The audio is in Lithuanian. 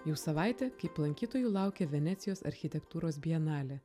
jau savaitė kaip lankytojų laukia venecijos architektūros bienalė